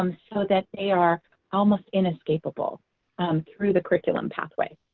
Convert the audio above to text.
um so that they are almost inescapable um through the curriculum pathway.